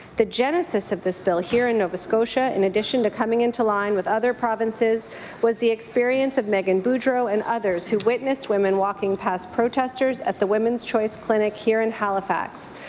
the genesis of this bill here in nova scotia in addition to coming into line with other provinces was the experience of meghan boudreau and others who witnessed women walking past protestors at the women's choice clinic here in halifax,